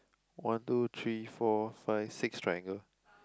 one two three four five six triangle